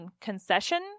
concession